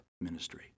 ministry